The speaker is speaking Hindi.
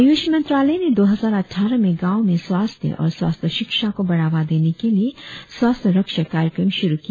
आयुष मंत्रालय ने दो हजार अटटारह में गांवों में स्वास्थ्य और स्वास्थ्य शिक्षा को बढ़ावा देने के लिए स्वास्थ्य रक्षक कार्यक्रम शुरु किया